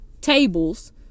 tables